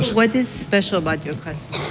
what is special about your customer